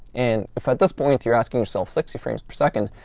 and if at this point you're asking yourself sixty frames per second?